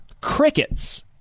crickets